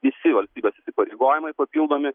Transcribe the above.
visi valstybės įsipareigojimai papildomi